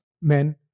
men